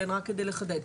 רק כדי לחדד.